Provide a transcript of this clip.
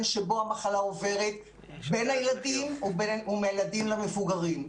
שבו המחלה עוברת בין הילדים ומהילדים למבוגרים.